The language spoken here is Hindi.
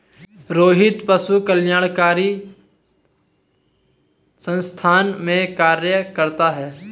रोहित पशु कल्याणकारी संस्थान में कार्य करता है